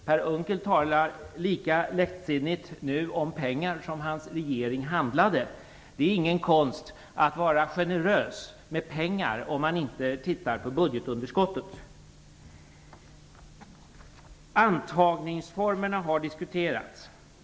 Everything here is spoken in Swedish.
Per Unckel talar nu lika lättsinnigt om pengar som hans regering handlade. Det är ingen konst att vara generös med pengar om man inte tittar på budgetunderskottet. Antagningsformerna har diskuterats.